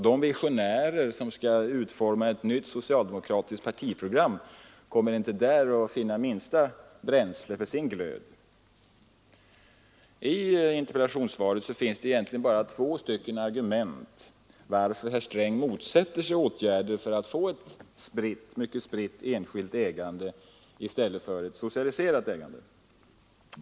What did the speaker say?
De visionärer som skall utforma ett nytt socialdemokratiskt partiprogram kommer inte att där hitta minsta bränsle för sin glöd. I interpellationssvaret finns det egentligen bara två argument för att herr Sträng motsätter sig åtgärder för att få ett mycket spritt, enskilt ägande i stället för ett socialiserat ägande.